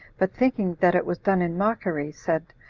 but thinking that it was done in mockery, said,